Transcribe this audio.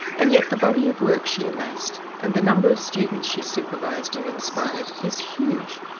and yet the body of work she amassed, and the number of students she's supervised and inspired, is huge.